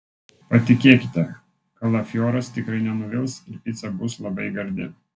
patikėkite kalafioras tikrai nenuvils ir pica bus labai gardi